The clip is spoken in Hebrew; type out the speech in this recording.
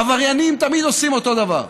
עבריינים תמיד עושים אותו דבר: